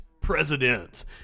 presidents